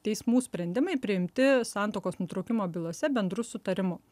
teismų sprendimai priimti santuokos nutraukimo bylose bendru sutarimu